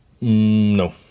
No